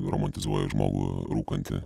romantizuoja žmogų rūkantį